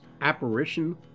Apparition